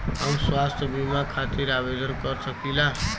हम स्वास्थ्य बीमा खातिर आवेदन कर सकीला?